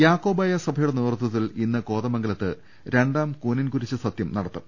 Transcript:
യാക്കോബായ സഭയുടെ നേതൃത്വത്തിൽ ഇന്ന് കോതമം ഗലത്ത് രണ്ടാം കൂനൻകുരിശ് സത്യം നടത്തും